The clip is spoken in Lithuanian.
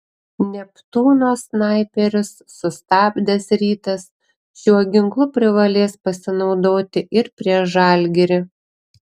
neptūno snaiperius sustabdęs rytas šiuo ginklu privalės pasinaudoti ir prieš žalgirį